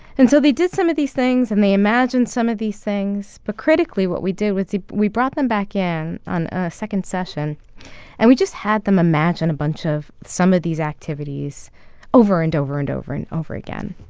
and so they did some of these things and they imagined some of these things but critically, what we did was we brought them back in on a second session and we just had them imagine a bunch of some of these activities over and over and over and over again.